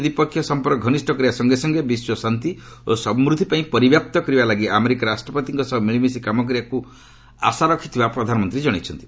ଦ୍ୱିପକ୍ଷିୟ ସମ୍ପର୍କ ଘନିଷ୍ଠ କରିବା ସଙ୍ଗେ ସଙ୍ଗେ ବିଶ୍ୱ ଶାନ୍ତି ଓ ସମୃଦ୍ଧି ପରିବ୍ୟାପ୍ତ କରିବା ଲାଗି ଆମେରିକା ରାଷ୍ଟ୍ରପତିଙ୍କ ସହ ସେ ମିଳିମିଶି କାମ କରିବାକୁ ଆଶା ରଖିଥିବା ଜଣେଇଛନ୍ତି